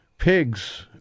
Pigs